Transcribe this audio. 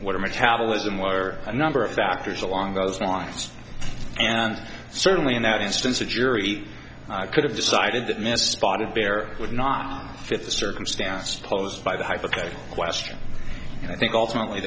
what are metabolism were a number of factors along those lines and certainly in that instance the jury could have decided that message spotted bear would not fit the circumstance posed by the hypothetical question and i think ultimately